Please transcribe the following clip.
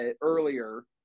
earlier